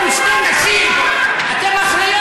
אתן שתי נשים, אתן אחראיות